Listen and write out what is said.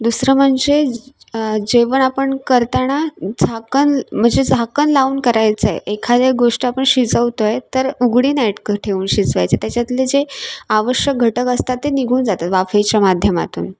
दुसरं म्हणजे जेवण आपण करताना झाकण म्हणजे झाकण लावून करायचं आहे एखाद्या गोष्ट आपण शिजवतो आहे तर उघडी नाही ट क ठेवून शिजवायची त्याच्यातले जे आवश्यक घटक असतात ते निघून जातात वाफेच्या माध्यमातून